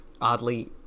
oddly